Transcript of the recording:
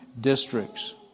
districts